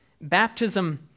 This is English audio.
Baptism